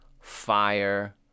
fire